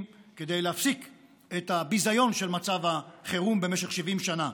כדי להפסיק את הביזיון של מצב החירום במשך 70 שנה.